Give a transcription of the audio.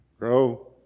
Grow